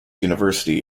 university